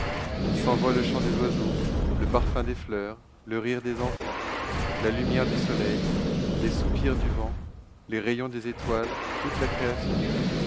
ils s'envoient le chant des oiseaux le parfum des fleurs le rire des enfants la lumière du soleil les soupirs du vent les rayons des étoiles toute la création